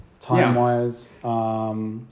time-wise